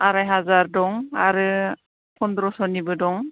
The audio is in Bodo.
आराय हाजार दं आरो फनद्रस'निबो दं